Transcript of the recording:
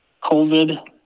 COVID